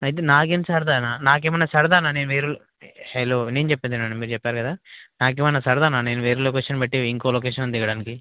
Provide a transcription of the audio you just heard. అయితే నాకేం సరదానా నాకెమైనా సరదానా నేను వేరు హలో నేను చెప్పింది వినండి మీరు చెప్పారు కదా నాకేమైనా సరదానా నేను వేరే లొకేషన్ పెట్టి ఇంకో లొకేషన్లో దిగడానికి